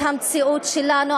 את המציאות שלנו.